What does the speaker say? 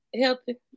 healthy